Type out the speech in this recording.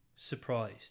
surprised